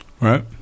Right